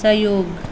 सहयोग